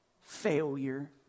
failure